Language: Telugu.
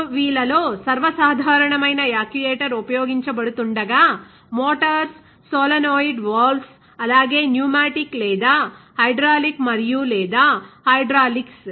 ROV లలో సర్వసాధారణమైన యాక్యుయేటర్ ఉపయోగించబడుతుండగా మోటార్స్ సోలెనోయిడ్ వాల్వ్స్ అలాగే న్యూమాటిక్ లేదా హైడ్రాలిక్ మరియు లేదా హైడ్రాలిక్స్